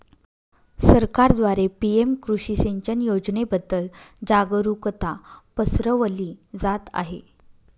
सरकारद्वारे पी.एम कृषी सिंचन योजनेबद्दल जागरुकता पसरवली जात आहे